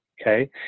Okay